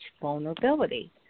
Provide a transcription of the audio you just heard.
vulnerability